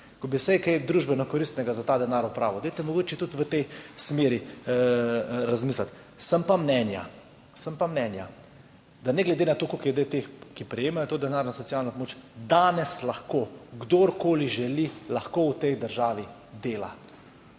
Ko bi vsaj kaj družbeno koristnega za ta denar opravil. Dajte mogoče tudi v tej smeri razmisliti. Sem pa mnenja, da ne glede na to, koliko je zdaj teh, ki prejemajo to denarno socialno pomoč, danes lahko, kdorkoli želi, lahko v tej državi dela.